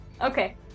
Okay